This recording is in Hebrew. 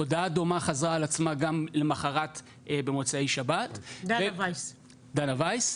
הודעה דומה חזרה על עצמה למחרת במוצאי שבת אצל דנה וייס.